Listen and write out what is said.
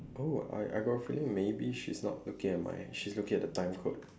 oh I I got a feeling maybe she's not looking at my she's looking at the time code